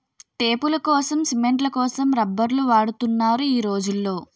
టేపులకోసం, సిమెంట్ల కోసం రబ్బర్లు వాడుతున్నారు ఈ రోజుల్లో